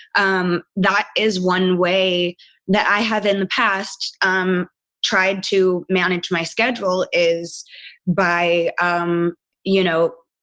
um that is one way that i have in the past um tried to manage my schedule is by, um you know,